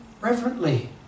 reverently